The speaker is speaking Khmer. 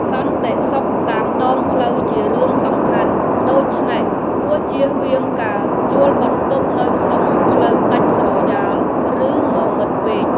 សន្តិសុខតាមដងផ្លូវជារឿងសំខាន់ ដូច្នេះគួរជៀសវាងការជួលបន្ទប់នៅក្នុងផ្លូវដាច់ស្រយាលឬងងឹតពេក។